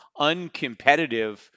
uncompetitive